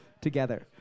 together